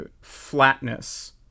flatness